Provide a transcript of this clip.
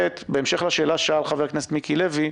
ב', בהמשך לשאלה ששאל חבר הכנסת מיקי לוי,